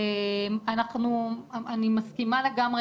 אני מסכימה לגמרי,